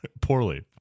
Poorly